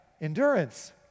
Endurance